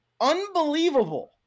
unbelievable